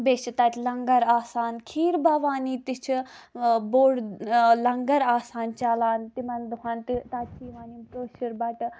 بیٚیہِ چھِ تَتہِ لَنگر آسان کھیربوانی تہِ چھِ بوڑ لَنگر آسان چلان تِمن دۄہن تہٕ تَتہِ چھِ یوان یِم کٲشر بَٹہٕ